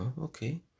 okay